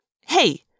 Hey